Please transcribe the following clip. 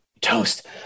Toast